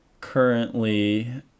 Currently